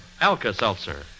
Alka-Seltzer